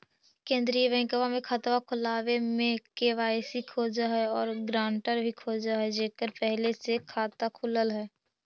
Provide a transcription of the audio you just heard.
केंद्रीय बैंकवा मे खतवा खोलावे मे के.वाई.सी खोज है और ग्रांटर भी खोज है जेकर पहले से खाता खुलल है?